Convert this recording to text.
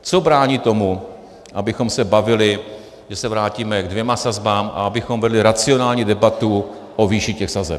Co brání tomu, abychom se bavili, že se vrátíme ke dvěma sazbám a abychom vedli racionální debatu o výši těch sazeb?